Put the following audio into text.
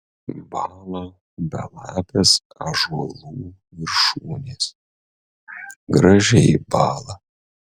bąla belapės ąžuolų viršūnės gražiai bąla